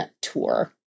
tour